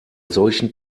solchen